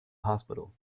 hospital